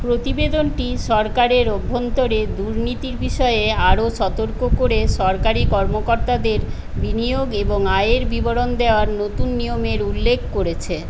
প্রতিবেদনটি সরকারের অভ্যন্তরে দুর্নীতির বিষয়ে আরও সতর্ক করে সরকারি কর্মকর্তাদের বিনিয়োগ এবং আয়ের বিবরণ দেওয়ার নতুন নিয়মের উল্লেখ করেছে